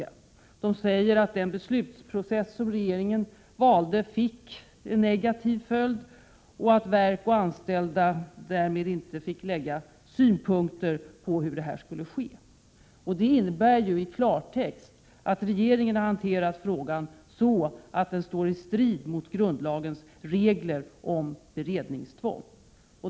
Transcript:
Majoriteten säger att den beslutsprocess som regeringen valde fick en negativ följd och att verk och anställda därmed inte fick anlägga synpunkter på hur det skulle gå till. Detta innebär i klartext att regeringen har hanterat frågan så, att det står i strid mot grundlagens regler om beredningstvång.